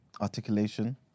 articulation